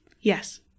Yes